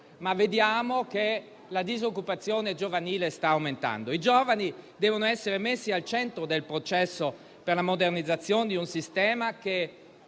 vediamo che la disoccupazione giovanile sta aumentando. I giovani devono essere messi al centro del processo per la modernizzazione di un sistema, che